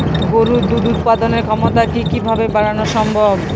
গরুর দুধ উৎপাদনের ক্ষমতা কি কি ভাবে বাড়ানো সম্ভব?